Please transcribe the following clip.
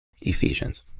Ephesians